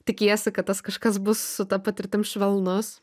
tikiesi kad tas kažkas bus su ta patirtim švelnus